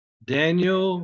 Daniel